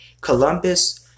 Columbus